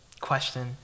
question